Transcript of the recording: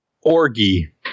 Orgy